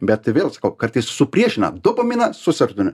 bet tai vėl sakau kartais supriešina dopaminą su serotinin